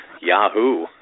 Yahoo